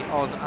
on